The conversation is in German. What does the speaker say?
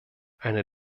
eine